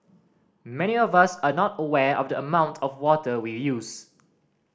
many of us are not aware of the amount of water we use